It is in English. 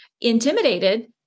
intimidated